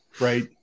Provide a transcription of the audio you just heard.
right